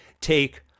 take